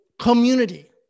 community